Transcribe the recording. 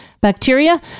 bacteria